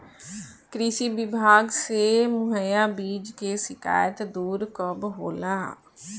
कृषि विभाग से मुहैया बीज के शिकायत दुर कब होला?